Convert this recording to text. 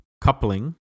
coupling